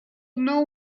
know